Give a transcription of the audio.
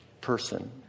person